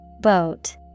Boat